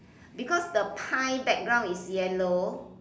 because the pie background is yellow